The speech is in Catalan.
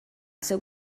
seu